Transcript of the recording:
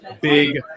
Big